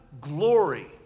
glory